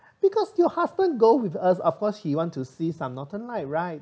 because your husband go with us of course he want to see some northern light right